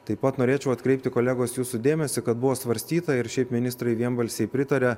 taip pat norėčiau atkreipti kolegos jūsų dėmesį kad buvo svarstyta ir šiaip ministrai vienbalsiai pritarė